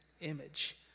image